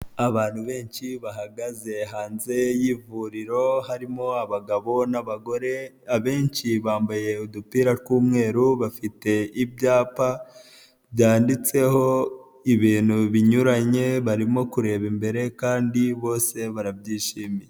Abantu benshi bahagaze hanze y'ivuriro harimo abagabo n'abagore, abenshi bambaye udupira tw'umweru, bafite ibyapa byanditseho ibintu binyuranye, barimo kureba imbere kandi bose barabyishimiye.